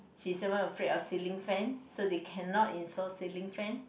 she's even afraid of ceiling fan so they cannot install ceiling fan